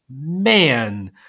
man